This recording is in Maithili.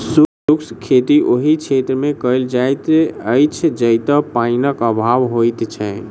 शुष्क खेती ओहि क्षेत्रमे कयल जाइत अछि जतय पाइनक अभाव होइत छै